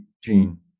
gene